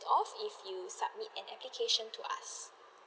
off if you submit an application to us